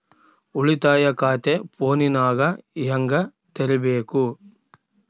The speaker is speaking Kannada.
ಉಳಿತಾಯ ಖಾತೆ ಫೋನಿನಾಗ ಹೆಂಗ ತೆರಿಬೇಕು?